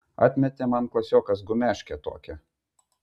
atmetė man klasiokas gumeškę tokią